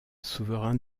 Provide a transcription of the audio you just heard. souverain